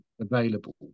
available